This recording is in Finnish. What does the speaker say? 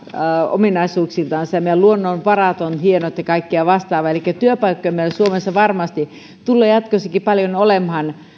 ominaisuuksiltansa ja meidän luonnonvarat ovat hienot ja kaikkea vastaavaa elikkä työpaikkoja meillä suomessa varmasti tulee jatkossakin paljon olemaan